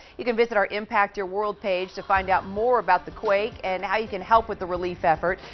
you can visit our impact your world page to find out more about the quake and how you can help with the relief effort.